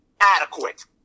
adequate